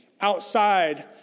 outside